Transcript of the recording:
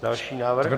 Další návrh.